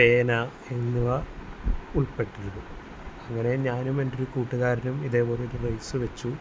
പേന എന്നിവ ഉൾപ്പെട്ടിരുന്നു അങ്ങനെ ഞാനും എന്റൊരു കൂട്ടുകാരനും ഇതേപോലൊരു റെയ്സ് വെച്ചു